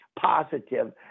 positive